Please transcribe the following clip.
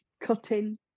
cutting